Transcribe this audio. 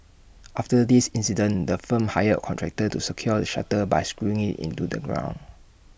after this incident the firm hired A contractor to secure shutter by screwing IT into the ground